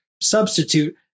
substitute